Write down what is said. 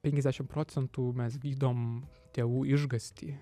penkiasdešim procentų mes gydom tėvų išgąstį